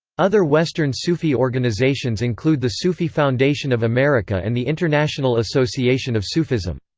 other western sufi organisations include the sufi foundation of america and the international association of sufism.